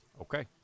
Okay